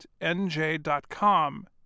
nj.com